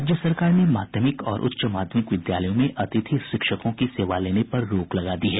राज्य सरकार ने माध्यमिक और उच्च माध्यमिक विद्यालयों में अतिथि शिक्षकों की सेवा लेने पर रोक लगा दी है